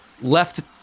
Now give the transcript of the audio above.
left